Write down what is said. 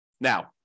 Now